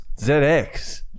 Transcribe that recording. ZX